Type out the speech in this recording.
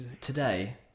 today